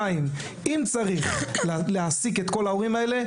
אם צריך להעסיק את כל ההורים האלה,